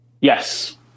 Yes